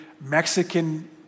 Mexican